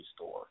store